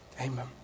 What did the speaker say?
Amen